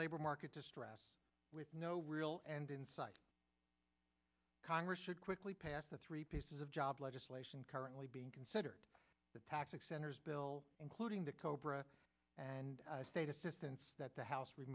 labor market distress with no real end in sight congress should quickly pass the three pieces of job legislation currently being considered the toxic center's bill including the cobra and state assistance that the house